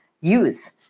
use